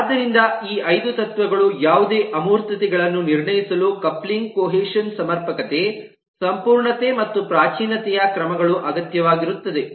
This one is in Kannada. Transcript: ಆದ್ದರಿಂದ ಈ ಐದು ತತ್ವಗಳು ಯಾವುದೇ ಅಮೂರ್ತತೆಗಳನ್ನು ನಿರ್ಣಯಿಸಲು ಕಪ್ಲಿಂಗ್ ಕೊಹೇಷನ್ ಸಮರ್ಪಕತೆ ಸಂಪೂರ್ಣತೆ ಮತ್ತು ಪ್ರಾಚೀನತೆಯ ಕ್ರಮಗಳು ಅಗತ್ಯವಾಗಿರುತ್ತದೆ